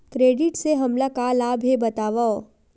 Credit से हमला का लाभ हे बतावव?